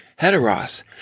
heteros